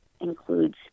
includes